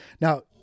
Now